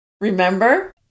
Remember